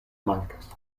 mankas